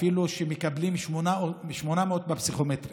אפילו כשמקבלים 800 בפסיכומטרי